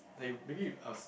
like maybe you ask